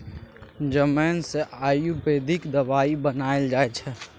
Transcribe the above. जमैन सँ आयुर्वेदिक दबाई बनाएल जाइ छै